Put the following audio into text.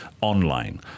online